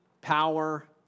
power